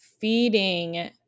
feeding